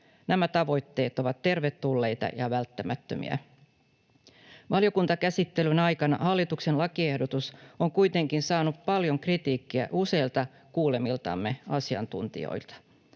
Nämä tavoitteet ovat tervetulleita ja välttämättömiä. Valiokuntakäsittelyn aikana hallituksen lakiehdotus on kuitenkin saanut paljon kritiikkiä useilta kuulemiltamme asiantuntijoilta.